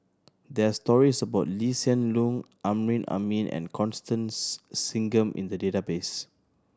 there are stories about Lee Hsien Loong Amrin Amin and Constance Singam in the database